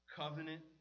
covenant